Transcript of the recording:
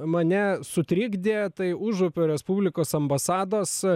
mane sutrikdė tai užupio respublikos ambasados